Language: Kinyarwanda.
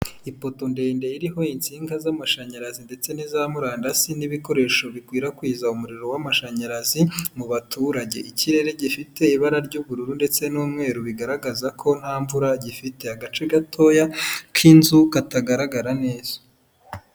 Ipoto ndende iriho insinga z'amashanyarazi ndetse n'iza murandasi n'ibikoresho bikwirakwiza umuriro w'amashanyarazi mu baturage, ikirere gifite ibara ry'ubururu ndetse n'umweru bigaragaza ko nta mvura gifite, agace gatoya k'inzu katagaragara neza.